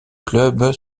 club